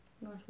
Nice